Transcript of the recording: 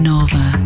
Nova